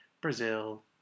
Brazil